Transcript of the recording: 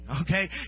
Okay